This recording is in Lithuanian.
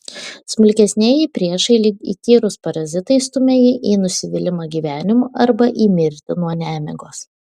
smulkesnieji priešai lyg įkyrūs parazitai stumią jį į nusivylimą gyvenimu arba į mirtį nuo nemigos